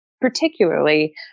particularly